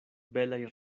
belaj